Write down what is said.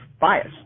bias